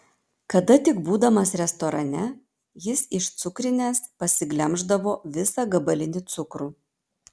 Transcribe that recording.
kada tik būdamas restorane jis iš cukrinės pasiglemždavo visą gabalinį cukrų